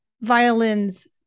violin's